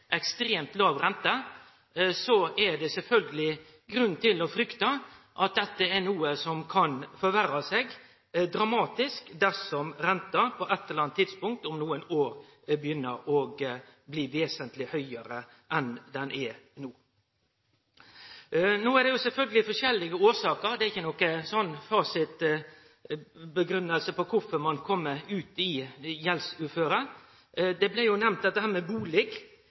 ekstremt låg rente, er det sjølvsagt grunn til å frykte at dette er noko som kan forverre seg dramatisk dersom renta på eit eller anna tidspunkt, om nokre år, begynner å bli vesentleg høgare enn ho er no. Det er sjølvsagt forskjellige årsaker til dette. Det er ikkje nokon fasit på kvifor ein kjem ut i gjeldsuføre. Dette med bustad blir nemnt her.